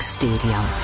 stadium